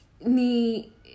ni